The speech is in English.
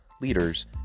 leaders